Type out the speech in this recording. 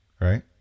Right